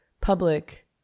public